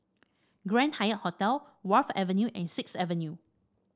Grand Hyatt Singapore Wharf Avenue and Sixth Avenue